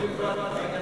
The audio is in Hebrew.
הוא לבד במשך חודשים,